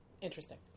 Interesting